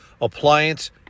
Appliance